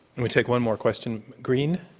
me take one more question. green,